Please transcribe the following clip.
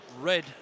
Red